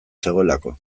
zegoelako